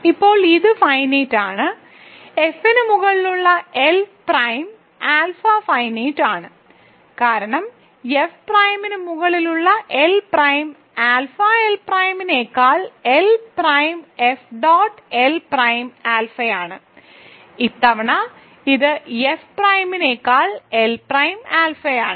ഇപ്പോൾ ഇത് ഫൈനൈറ്റ് ആണ് എഫിന് മുകളിലുള്ള എൽ പ്രൈം ആൽഫ ഫൈനൈറ്റ് ആണ് കാരണം എഫ് പ്രൈമിന് മുകളിലുള്ള എൽ പ്രൈം ആൽഫ എൽ പ്രൈമിനേക്കാൾ L prime F dot L prime ആൽഫയാണ് ഇത്തവണ ഇത് എഫ് പ്രൈമിനേക്കാൾ എൽ പ്രൈം ആൽഫയാണ്